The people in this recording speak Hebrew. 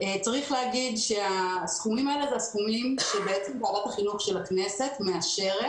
צריך להגיד שהסכומים האלה הם הסכומים שוועדת החינוך של הכנסת מאשרת,